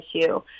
issue